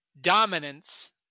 dominance